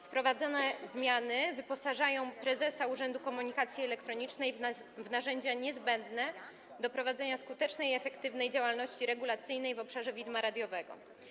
Wprowadzane zmiany wyposażają prezesa Urzędu Komunikacji Elektronicznej w narzędzia niezbędne do prowadzenia skutecznej i efektywnej działalności regulacyjnej w obszarze widma radiowego.